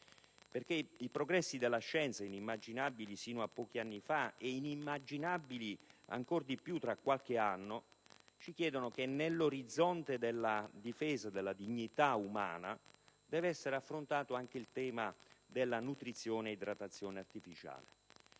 perché i progressi della scienza, inimmaginabili sino a pochi anni fa e inimmaginabili ancor di più tra qualche anno, ci chiedono che nell'orizzonte della difesa della dignità umana deve essere affrontato anche il tema della nutrizione e idratazione artificiale.